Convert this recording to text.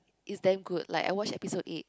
is damn good like I watch episode eight